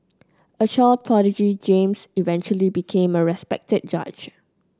a child prodigy James eventually became a respected judge